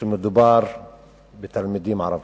כשמדובר בתלמידים ערבים.